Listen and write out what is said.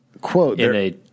Quote